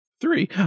Three